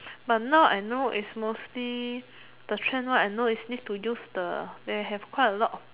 but now I know is mostly the trend one I know is use the they have quite a lot of